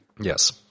Yes